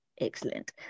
Excellent